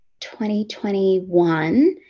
2021